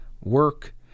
work